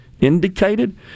indicated